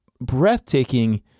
breathtaking